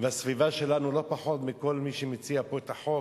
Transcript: בסביבה שלנו, לא פחות מכל מי שמציע פה את החוק,